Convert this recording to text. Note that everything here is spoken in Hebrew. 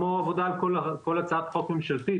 כמו עבודה על כל הצעת חוק ממשלתית,